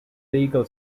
legal